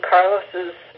Carlos's